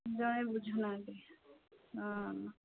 ଜଣେ ବୁଝୁନାହାନ୍ତି ହଁ